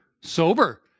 sober